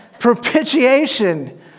Propitiation